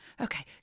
okay